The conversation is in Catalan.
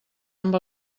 amb